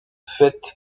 fait